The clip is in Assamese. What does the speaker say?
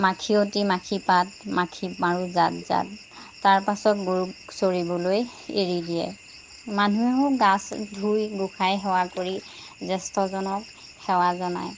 মাখিয়তী মাখি পাত মাখি মাৰোঁ জাত জাত তাৰপাছত গৰুক চৰিবলৈ এৰি দিয়ে মানুহেও গা ধুই গোঁসাই সেৱা কৰি জ্যেষ্ঠজনক সেৱা জনায়